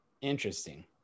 interesting